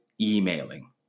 emailing